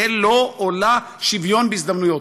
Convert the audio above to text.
יהיה לו או לה שוויון בהזדמנויות.